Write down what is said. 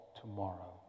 tomorrow